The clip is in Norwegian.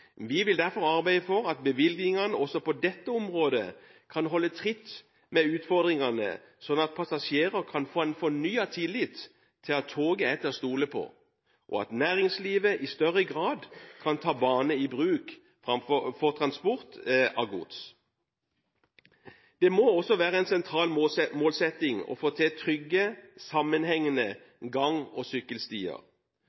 Vi vil derfor arbeide for at bevilgningene også på dette området kan holde tritt med utfordringene, slik at passasjerer kan få en fornyet tillit til at toget er til å stole på, og at næringslivet i større grad kan ta bane i bruk for transport av gods. Det må også være en sentral målsetting å få til trygge, sammenhengende